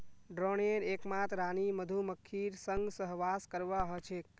ड्रोनेर एकमात रानी मधुमक्खीर संग सहवास करवा ह छेक